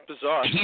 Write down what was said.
bizarre